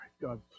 God